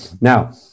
Now